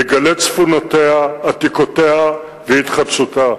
מגלי צפונותיה, עתיקותיה והתחדשותה,